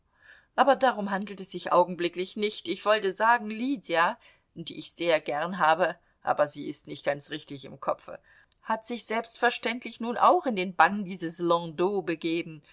aber darum handelt es sich augenblicklich nicht ich wollte sagen lydia die ich sehr gern habe aber sie ist nicht ganz richtig im kopfe hat sich selbstverständlich nun auch in den bann dieses landau begeben